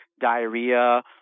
diarrhea